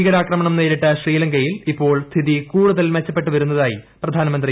ഭീകരാക്രമണം നേരിട്ട ശ്രീലങ്കയിൽ ഇപ്പോൾ സ്ഥിതി കൂടുതൽ മെച്ചപ്പെട്ടു വരുന്നതായി പ്രധാനമന്ത്രി റനിൽ വിക്രമസിംഗെ